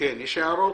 יש הערות?